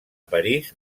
parís